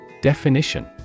Definition